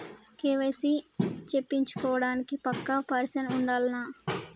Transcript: KYC చేపిచ్చుకోవడానికి పక్కా person ఉండాల్నా?